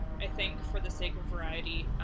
i think for the sake of variety.